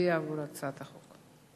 נצביע על הצעת החוק.